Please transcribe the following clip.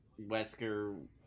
Wesker